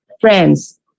friends